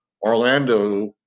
Orlando